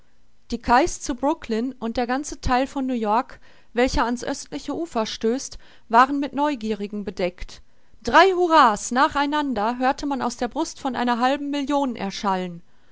die quais zu brooklyn und der ganze theil von new-york welcher an's östliche ufer stößt waren mit neugierigen bedeckt drei hurrah's nach einander hörte man aus der brust von einer halben million erschallen